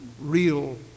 real